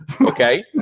Okay